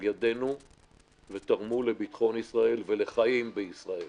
על ידינו ותרמו לביטחון ישראל ולחיים בישראל.